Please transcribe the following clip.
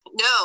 no